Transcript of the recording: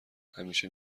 همیشه